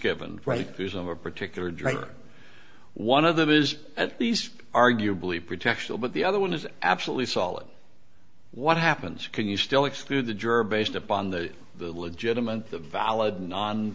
given right because of a particular driver one of them is at least arguably protection but the other one is absolutely solid what happens can you still exclude the juror based upon the the legitimate valid non